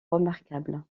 remarquable